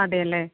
അതെ അല്ലെ